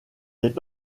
est